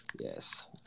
Yes